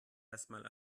erstmal